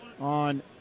on